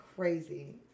Crazy